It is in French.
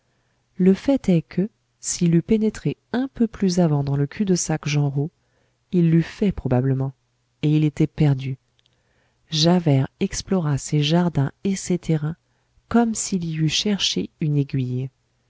le fait est que s'il eût pénétré un peu plus avant dans le cul-de-sac genrot il l'eût fait probablement et il était perdu javert explora ces jardins et ces terrains comme s'il y eût cherché une aiguille